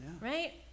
Right